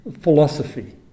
philosophy